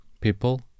people